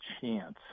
chance